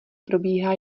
probíhá